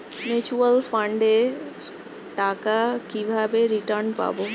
Mutual ফান্ডের টাকা কিভাবে রিটার্ন পাব?